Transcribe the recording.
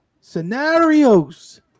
scenarios